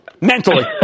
mentally